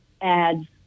adds